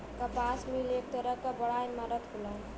कपास मिल एक तरह क बड़ा इमारत होला